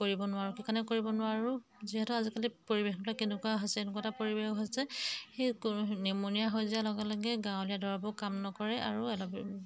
কৰিব নোৱাৰোঁ সেইকাৰণে কৰিব নোৱাৰোঁ যিহেতু আজিকালি পৰিৱেশবিলাক কেনেকুৱা হৈছে এনেকুৱা এটা পৰিৱেশ হৈছে সেই কোনো নিমুনীয়া হৈ যোৱাৰ লগে লগে গাঁৱলীয়া দৰবো কাম নকৰে আৰু অলপ